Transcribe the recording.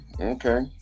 Okay